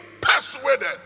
persuaded